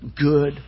good